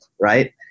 right